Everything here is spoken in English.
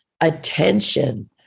attention